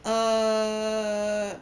err okay